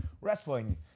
Wrestling